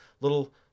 little